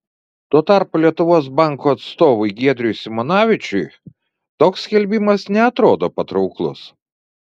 tuo tarpu lietuvos banko atstovui giedriui simonavičiui toks skelbimas neatrodo patrauklus